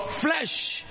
flesh